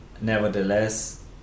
nevertheless